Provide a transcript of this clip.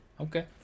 Okay